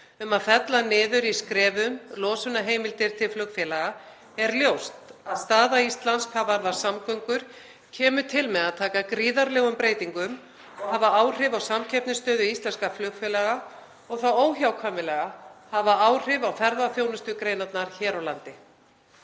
um að fella niður í skrefum losunarheimildir til flugfélaga, er ljóst að staða Íslands hvað varðar samgöngur kemur til með að taka gríðarlegum breytingum og mun hafa áhrif á samkeppnisstöðu íslenskra flugfélaga og þá óhjákvæmilega hafa áhrif á ferðaþjónustugreinarnar hér á landi.